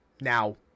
Now